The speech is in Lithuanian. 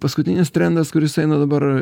paskutinis trendas kuris eina dabar